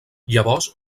llavors